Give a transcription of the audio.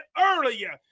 earlier